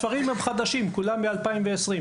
אלה הספרים החדשים ביותר שיצאו,